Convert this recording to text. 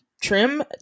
trim